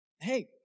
hey